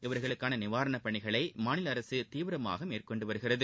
இவர்களுக்கான நிவாரண பணிகளை மாநில அரசு தீவிரமாக மேற்கொண்டு வருகிறது